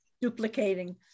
duplicating